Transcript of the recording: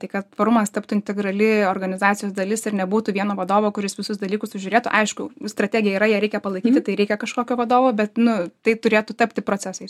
tai kad tvarumas taptų integrali organizacijos dalis ir nebūtų vieno vadovo kuris visus dalykus sužiūrėtų aišku strategija yra ją reikia palaikyti tai reikia kažkokio vadovo bet nu tai turėtų tapti procesais